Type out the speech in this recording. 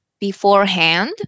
beforehand